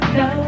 no